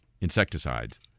insecticides